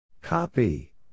Copy